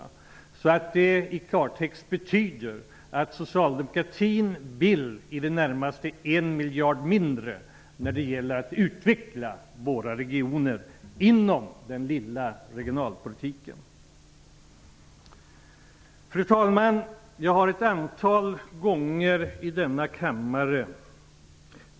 I klartext betyder det att socialdemokratin vill utveckla våra regioner inom den lilla regionalpolitikens ram för i det närmaste 1 miljard mindre. Fru talman!